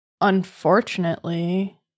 unfortunately